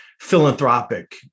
philanthropic